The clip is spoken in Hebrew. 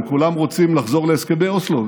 הם כולם רוצים לחזור להסכמי אוסלו,